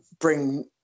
bring